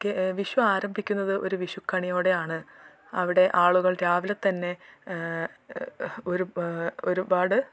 വിഷു ആരംഭിക്കുന്നത് ഒരു വിഷു കണിയോടെയാണ് അവിടെ ആളുകൾ രാവിലെ തന്നെ ഒരു ഒരു പാട്